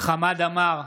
חמד עמאר,